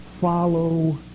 follow